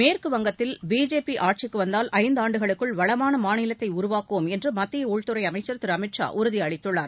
மேற்கு வங்கத்தில் பிஜேபி ஆட்சிக்கு வந்தால் ஐந்தாண்டுகளுக்குள் வளமான மாநிலத்தை உருவாக்குவோம் என்று மத்திய உள்துறை அமைச்சர் திரு அமித்ஷா உறுதி அளித்துள்ளார்